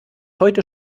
heute